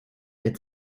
der